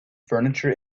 furniture